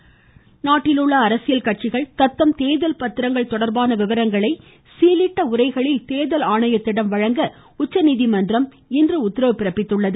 உச்சநீதிமன்றம் நாட்டில் உள்ள அரசியல் கட்சிகள் தத்தம் தேர்தல் பத்திரங்கள் தொடர்பான விவரங்களை சீலிட்ட உறைகளில் தேர்தல் ஆணையத்திடம் வழங்க உச்சநீதிமன்றம் இன்று உத்தரவிட்டுள்ளது